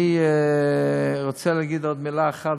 אני רוצה להגיד עוד מילה אחת,